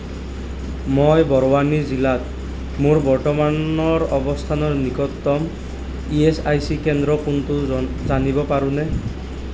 মই বৰৱানী জিলাত মোৰ বৰ্তমানৰ অৱস্থানৰ নিকটতম ই এছ আই চি কেন্দ্ৰ কোনটো জ জানিব পাৰোঁনে